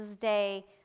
day